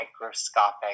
microscopic